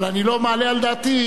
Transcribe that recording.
אבל אני לא מעלה על דעתי,